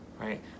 right